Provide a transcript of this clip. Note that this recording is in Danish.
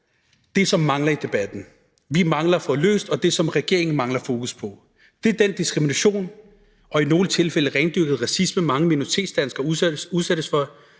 det, som mangler i debatten, det, som vi mangler at få løst, og det, som regeringen mangler fokus på. Det er den diskrimination og i nogle tilfælde rendyrkede racisme, mange minoritetsdanskere udsættes for.